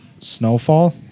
snowfall